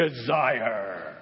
desire